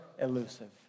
elusive